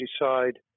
decide